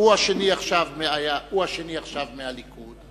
הוא השני עכשיו מהליכוד,